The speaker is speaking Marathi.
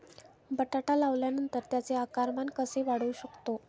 बटाटा लावल्यानंतर त्याचे आकारमान कसे वाढवू शकतो?